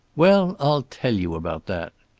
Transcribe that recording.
well, i'll tell you about that.